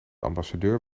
ambassadeur